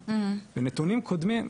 לא בהכרח עברו שנתיים מניכוי.